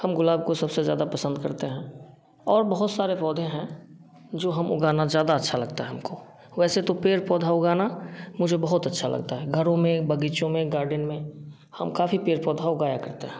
हम गुलाब को सबसे ज्यादा पसंद करते हैं और बहुत सारे पौधें हैं जो हमें उगाना ज्यादा अच्छा लगता है हमको वैसे तो पेड़ पौधा उगाना मुझें बहुत अच्छा लगता है घरों में बगीचो में गार्डेन में हम काफ़ी पेड़ पौधा उगाया करते हैं